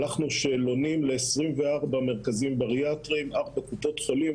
שלחנו שאלונים ל-24 מרכזים בריאטריים וארבע קופות חולים.